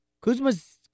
Kuzma's